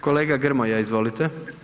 Kolega Grmoja, izvolite.